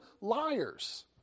liars